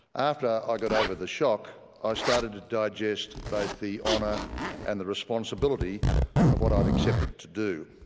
after i got over the shock i started to digest both the honour and the responsibility of what i had accepted to do.